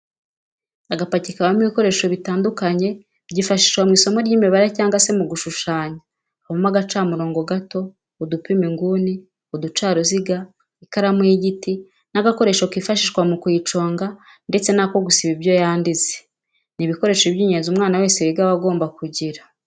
Agapaki kabamo ibikoresho bitandukanye byifashishwa mu isomo ry'imibare cyangwa se mu gushushanya habamo agacamurongo gato, udupima inguni, uducaruziga, ikaramu y'igiti n'agakoresho kifashishwa mu kuyiconga ndetse n'ako gusiba ibyo yanditse, ni ibikoresho by'ingenzi umwana wese wiga aba agomba kugira.